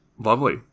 lovely